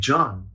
John